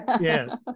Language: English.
Yes